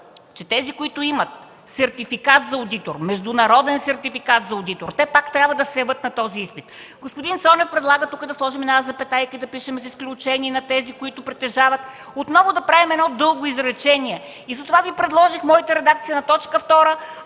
че тези, които имат сертификат за одитор, международен сертификат за одитор, те пак трябва да се явят на този изпит. Господин Цонев предлага тук да сложим запетайка и да запишем: „с изключение на тези, които притежават ....”. Това означава отново да правим дълго изречение. Затова предложих моята редакция на т. 2,